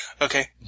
Okay